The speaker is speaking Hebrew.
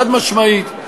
חד-משמעית.